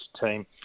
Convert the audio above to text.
team